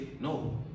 no